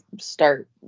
start